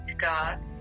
God